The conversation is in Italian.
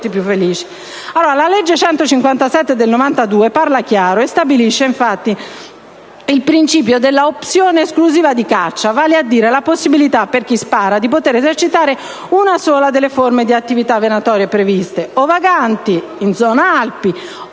più felici. La legge n. 157 del 1992 parla chiaro e stabilisce il principio dell'opzione esclusiva di caccia, vale a dire la possibilità per chi spara di esercitare una sola delle forme di attività venatorie previste: vagante in zona Alpi,